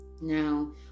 now